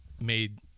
made